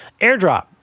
airdrop